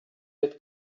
mit